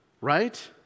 right